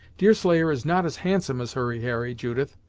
deerslayer is not as handsome as hurry harry, judith,